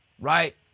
Right